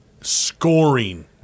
scoring